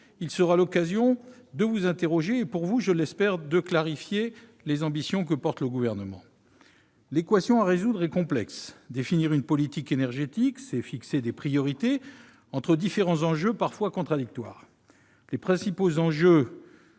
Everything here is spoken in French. donnera l'occasion de vous interroger, et il vous permettra, je l'espère, de clarifier les ambitions du Gouvernement. L'équation à résoudre est complexe. Définir une politique énergétique, c'est fixer des priorités entre différents enjeux parfois contradictoires. Les principaux enjeux